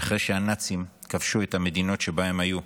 אחרי שהנאצים כבשו את המדינות שבהן הם היו.